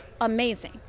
amazing